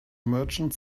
merchant